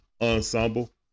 ensemble